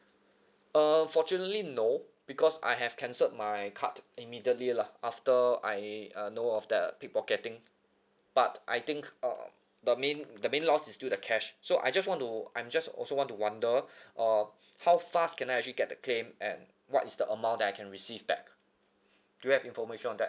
uh fortunately no because I have cancelled my card immediately lah after I uh know of that pickpocketing but I think uh the main the main loss is still the cash so I just want to I'm just also want to wonder uh how fast can I actually get the claim and what is the amount that I can receive back do you have information on that